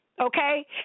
okay